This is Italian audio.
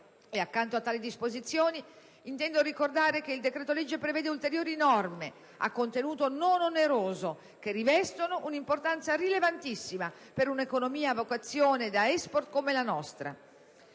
Accanto a tali disposizioni intendo ricordare che il decreto-legge prevede ulteriori norme, a contenuto non oneroso, che rivestono un'importanza rilevantissima per un'economia a vocazione da *export* come la nostra.